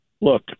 look